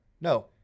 no